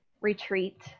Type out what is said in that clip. retreat